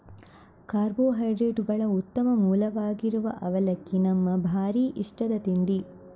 ಕಾರ್ಬೋಹೈಡ್ರೇಟುಗಳ ಉತ್ತಮ ಮೂಲವಾಗಿರುವ ಅವಲಕ್ಕಿ ನಮ್ಮ ಭಾರೀ ಇಷ್ಟದ ತಿಂಡಿ